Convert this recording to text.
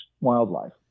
wildlife